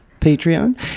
Patreon